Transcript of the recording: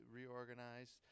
reorganize